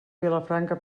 vilafranca